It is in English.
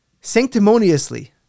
sanctimoniously